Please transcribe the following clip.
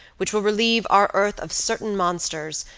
which will relieve our earth of certain monsters,